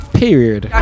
period